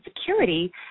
security